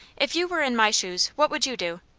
if you were in my shoes, what would you do?